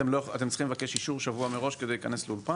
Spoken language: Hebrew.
אתם צריכים לבקש אישור שבוע מראש כדי להיכנס לאולפן?